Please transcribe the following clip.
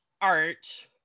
art